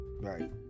right